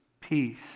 peace